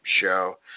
show